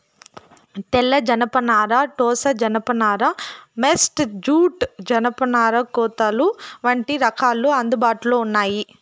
తెల్ల జనపనార, టోసా జానప నార, మేస్టా జూట్, జనపనార కోతలు వంటి రకాలు అందుబాటులో ఉన్నాయి